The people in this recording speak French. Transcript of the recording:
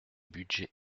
budgets